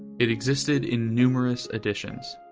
it existed in numerous editions,